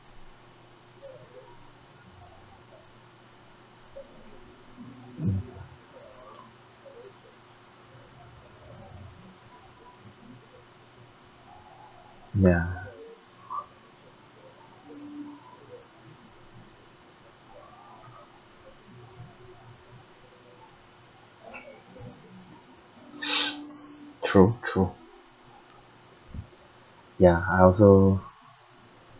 mm ya true true ya I also